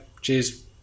Cheers